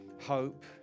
Hope